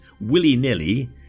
willy-nilly